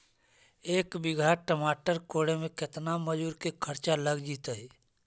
एक बिघा टमाटर कोड़े मे केतना मजुर के खर्चा लग जितै?